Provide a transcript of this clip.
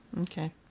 Okay